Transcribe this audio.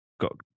got